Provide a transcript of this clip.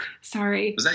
Sorry